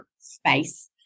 space